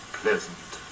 pleasant